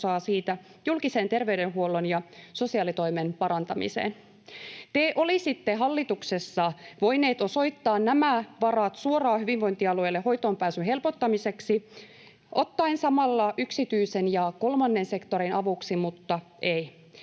siitä julkisen terveydenhuollon ja sosiaalitoimen parantamiseen. Te olisitte hallituksessa voineet osoittaa nämä varat suoraan hyvinvointialueille hoitoonpääsyn helpottamiseksi ottaen samalla yksityisen ja kolmannen sektorin avuksi, mutta ei.